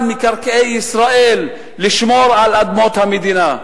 מקרקעי ישראל לשמור על אדמות המדינה.